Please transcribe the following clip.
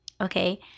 Okay